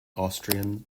austrian